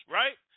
right